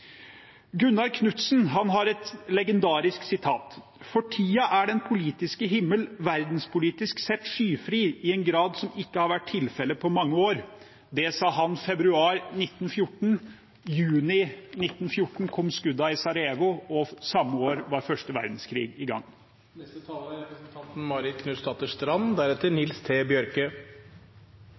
Gunnar Knudsen har et legendarisk sitat: For tiden er den politiske himmel verdenspolitisk sett skyfri i en grad som ikke har vært tilfelle på mange år. Det sa han i februar 1914. I juni 1914 kom skuddene i Sarajevo, og samme år var første verdenskrig i gang.